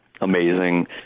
amazing